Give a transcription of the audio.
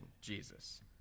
Jesus